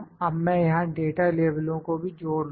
अब मैं यहां डाटा लेबलो को भी जोड़ लूँगा